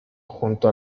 junto